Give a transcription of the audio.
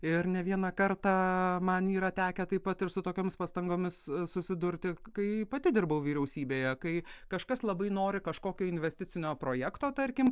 ir ne vieną kartą man yra tekę taip pat ir su tokioms pastangomis susidurti kai pati dirbau vyriausybėje kai kažkas labai nori kažkokio investicinio projekto tarkim